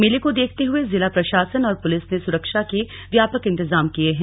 मेले को देखते हुए जिला प्रशासन और पुलिस ने सुरक्षा के व्यापक इंतेजाम किए हैं